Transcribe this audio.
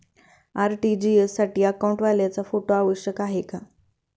RTGS साठी अकाउंटवाल्याचा photo आवश्यक आहे का?